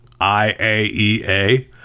IAEA